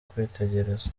kwitegereza